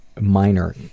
minor